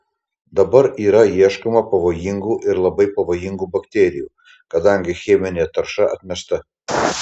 dabar yra ieškoma pavojingų ir labai pavojingų bakterijų kadangi cheminė tarša atmesta